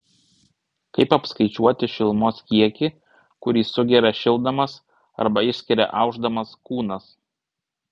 kaip apskaičiuoti šilumos kiekį kurį sugeria šildamas arba išskiria aušdamas kūnas